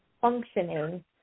functioning